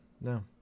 no